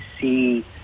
see